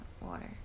water